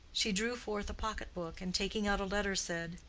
she drew forth a pocket-book, and taking out a letter said,